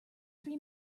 three